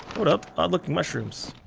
hold up. odd looking mushrooms.